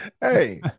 hey